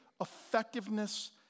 effectiveness